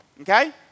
Okay